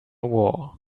war